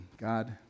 God